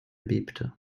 bebte